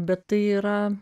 bet tai yra